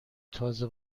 تازه